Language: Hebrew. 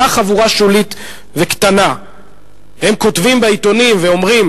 אותה חבורה שולית וקטנה הם כותבים בעיתונים ואומרים: